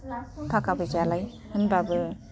थाखा फैसायालाय होनबाबो